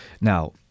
Now